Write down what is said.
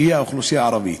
האוכלוסייה הערבית.